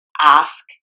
ask